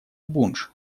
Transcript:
бундж